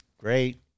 great